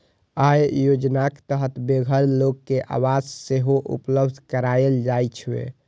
अय योजनाक तहत बेघर लोक कें आवास सेहो उपलब्ध कराएल जाइ छै